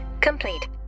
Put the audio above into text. complete